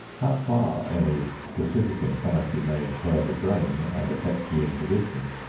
how far any specific insanity may impair the brain and affect the inhibitions,